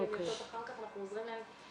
אם הן יוצאות אחר כך אנחנו עוזרים להן.